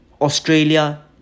Australia